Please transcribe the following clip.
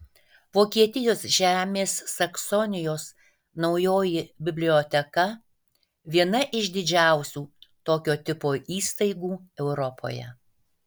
vokietijos žemės saksonijos naujoji biblioteka viena iš didžiausių tokio tipo įstaigų europoje